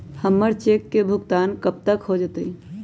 हमर चेक के भुगतान कब तक हो जतई